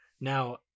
Now